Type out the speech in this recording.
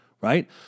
right